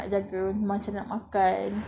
pakai niqab